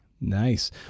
Nice